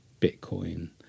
bitcoin